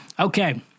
Okay